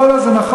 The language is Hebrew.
לא, זה נכון.